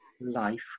life